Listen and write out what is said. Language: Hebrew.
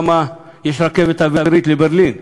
למה יש רכבת אווירית לברלין?